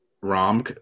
rom